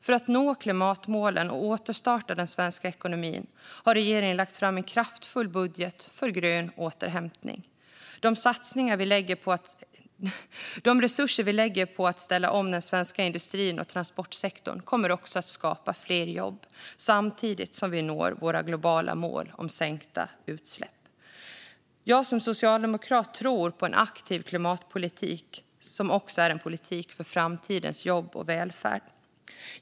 För att nå klimatmålen och återstarta den svenska ekonomin har regeringen lagt fram en kraftfull budget för grön återhämtning. De resurser vi lägger på att ställa om den svenska industrin och transportsektorn kommer också att skapa fler jobb samtidigt som vi når våra globala mål om sänkta utsläpp. Jag som socialdemokrat tror på en aktiv klimatpolitik som också är en politik för framtidens jobb och välfärd.